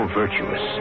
virtuous